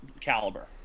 caliber